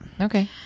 Okay